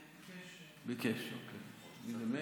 ביקש, ביקש, בסדר.